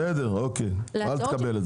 בסדר, אל תקבל.